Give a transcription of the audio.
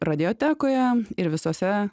radiotekoje ir visose